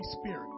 Spirit